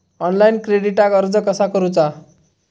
Online क्रेडिटाक अर्ज कसा करुचा?